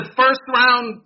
first-round